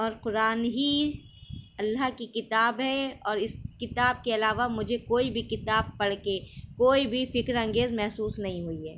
اور قرآن ہی اللہ کی کتاب ہے اور اس کتاب کے علاوہ مجھے کوئی بھی کتاب پڑھ کے کوئی بھی فکر انگیز محسوس نہیں ہوئی ہے